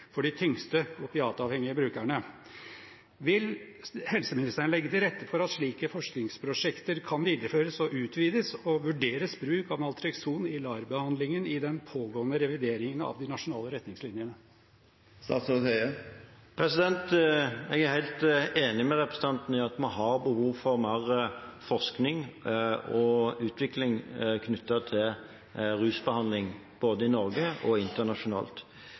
for de tyngste opiatavhengige brukerne. Vil helseministeren legge til rette for at slike forskningsprosjekter kan videreføres og utvides, og vurderes bruk av Naltrekson i LAR-behandling i den pågående revideringen av de nasjonale retningslinjene? Jeg er helt enig med representanten i at vi har behov for mer forskning og utvikling knyttet til rusbehandling, både i Norge og internasjonalt.